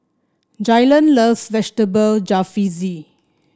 Jaylon loves Vegetable Jalfrezi